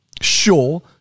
Sure